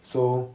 so